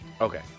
Okay